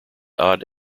odd